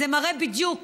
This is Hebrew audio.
זה מראה בדיוק